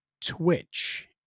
Twitch